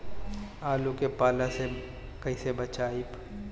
आलु के पाला से कईसे बचाईब?